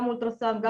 גם אולטרסאונד.